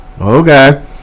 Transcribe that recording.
okay